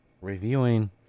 reviewing